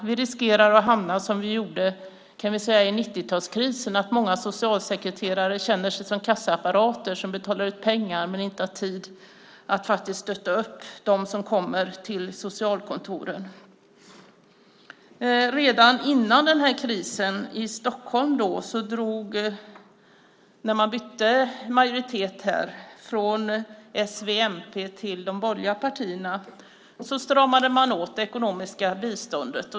Vi riskerar att hamna i samma sorts kris som på 90-talet då många socialsekreterare kände sig som kassaapparater som bara betalade ut pengar och inte hade tid att stötta dem som kom till socialkontoren. Redan före krisen, när Stockholm bytte majoritet från s, v och mp till de borgerliga partierna, stramade man åt det ekonomiska biståndet.